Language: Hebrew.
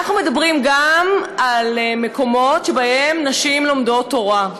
אנחנו מדברים גם על מקומות שבהם נשים לומדות תורה,